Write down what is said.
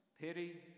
pity